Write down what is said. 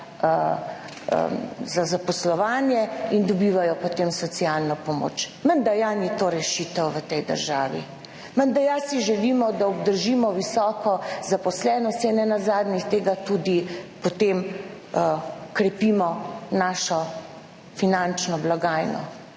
zavod zaposlovanje in dobivajo potem socialno pomoč. Menda ja ni to rešitev v tej državi. Menda ja, si želimo, da obdržimo visoko zaposleno, saj nenazadnje tega tudi potem krepimo našo finančno blagajno,